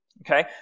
okay